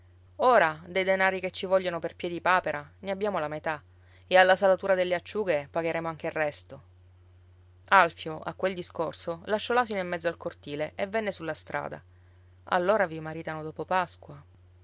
ora dei denari che ci vogliono per piedipapera ne abbiamo la metà e alla salatura delle acciughe pagheremo anche il resto alfio a quel discorso lasciò l'asino in mezzo al cortile e venne sulla strada allora vi maritano dopo pasqua